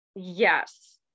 Yes